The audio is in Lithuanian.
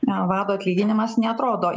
na vado atlyginimas neatrodo